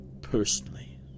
personally